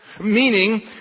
Meaning